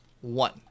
One